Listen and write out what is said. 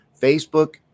Facebook